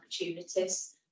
opportunities